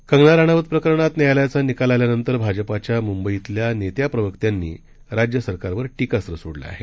कंगना राणावत प्रकरणात न्यायालयाचा निकाल आल्यानंतर भाजपाच्या मुंबईतल्या नेत्या प्रवक्त्यांनी या राज्य सरकारवर टीकास्त्र सोडलं आहे